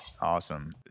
awesome